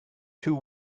two